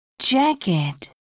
jacket